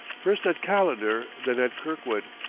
first at calendar, then at kirkwood.